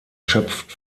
schöpft